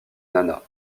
nana